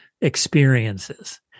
experiences